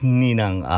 ninang